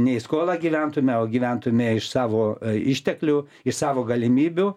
ne į skolą gyventume o gyventume iš savo išteklių iš savo galimybių